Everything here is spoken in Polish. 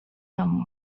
domu